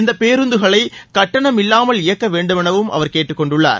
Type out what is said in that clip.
இந்த பேருந்துகளை கட்டணமில்லாமல் இயக்க வேண்டுமெனவும் அவர் கேட்டுக் கொண்டுள்ளார்